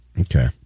Okay